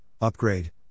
upgrade